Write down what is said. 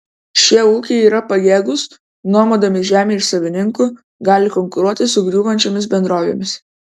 šie ūkiai yra pajėgūs nuomodami žemę iš savininkų gali konkuruoti su griūvančiomis bendrovėmis